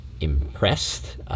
impressed